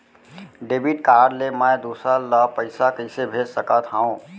Debit card ले मैं दूसर ला पइसा कइसे भेज सकत हओं?